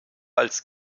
als